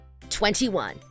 21